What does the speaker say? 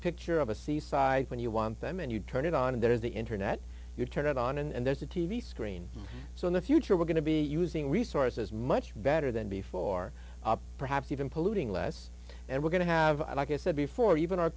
picture of a seaside when you want them and you turn it on and there's the internet you turn it on and there's a t v screen so in the future we're going to be using resources much better than before perhaps even polluting less and we're going to have like i said before even our